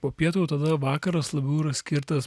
po pietų tada vakaras labiau yra skirtas